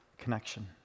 connection